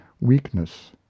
weakness